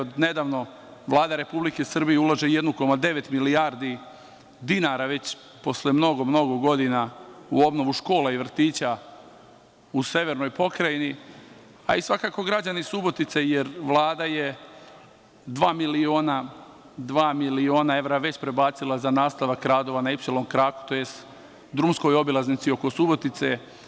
Od nedavno Vlada Republike Srbije ulaže 1,9 milijardi dinara već posle mnogo, mnogo godina u obnovu škola i vrtića u severnoj Pokrajini, a i svakako građani Subotice, jer Vlada je dva miliona evra već prebacila za nastavak radova na Ipsilon kraku, tj. drumskoj obilaznici oko Subotice.